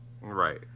Right